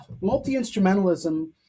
multi-instrumentalism